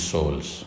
Souls